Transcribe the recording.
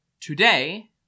Today